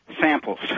samples